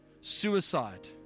suicide